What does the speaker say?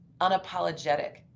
unapologetic